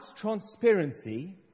transparency